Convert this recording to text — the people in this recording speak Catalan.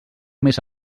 més